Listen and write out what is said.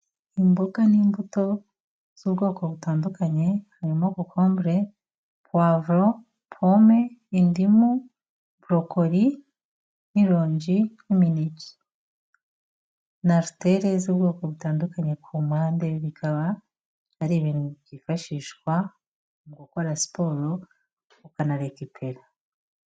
Imboga n'imbuto z'ubwoko butandukanye, harimo kokobure puwavuro, pome, indimu, borokoli n'ironji n'imineke na ariteri z'ubwoko butandukanye ku mpande, bikaba ari ibintu byifashishwa mu gukora siporo ukanarekipera.